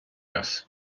раз